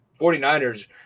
49ers